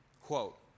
Quote